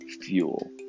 fuel